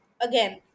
again